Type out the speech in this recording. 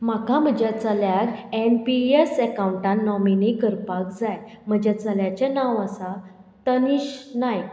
म्हाका म्हज्या चल्याक एन पी एस अकाउंटान नॉमिनेट करपाक जाय म्हज्या चल्याचें नांव आसा तनीश नायक